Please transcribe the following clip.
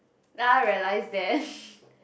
now I realised that